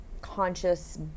conscious